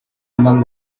among